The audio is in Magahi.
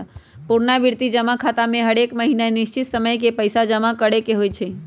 पुरनावृति जमा खता में हरेक महीन्ना निश्चित समय के पइसा जमा करेके होइ छै